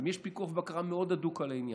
יש פיקוח ובקרה מאוד הדוקים על העניין,